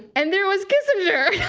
and there was kissinger.